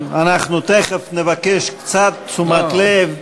אנחנו תכף נבקש קצת תשומת לב.